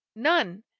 none!